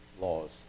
laws